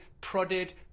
prodded